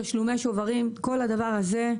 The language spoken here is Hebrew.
תשלומי שוברים - כל הדבר הזה,